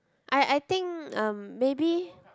I I think um maybe